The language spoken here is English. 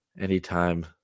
anytime